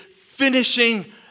finishing